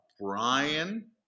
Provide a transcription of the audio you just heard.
Brian